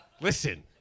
Listen